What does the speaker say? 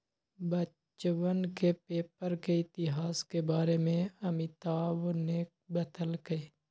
बच्चवन के पेपर के इतिहास के बारे में अमितवा ने बतल कई